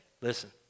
Listen